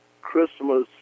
Christmas